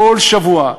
כל שבוע,